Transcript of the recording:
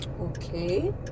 Okay